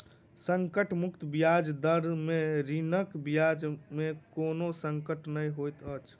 संकट मुक्त ब्याज दर में ऋणक ब्याज में कोनो संकट नै होइत अछि